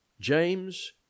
James